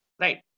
right